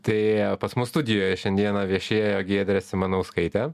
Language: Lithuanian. tai pas mus studijoj šiandieną viešėjo giedrė simanauskaitė